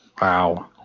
Wow